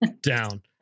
down